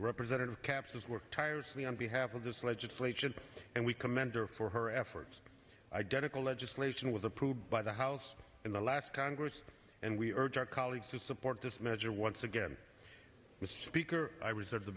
representative capps has worked tirelessly on behalf of this legislation and we commend her for her efforts identical legislation with approved by the house in the last congress and we urge our colleagues to support this measure once again with speaker i reserve the